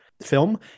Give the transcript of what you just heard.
film